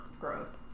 Gross